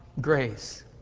grace